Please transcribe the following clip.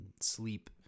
sleep